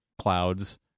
clouds